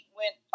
went